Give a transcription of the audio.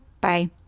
Bye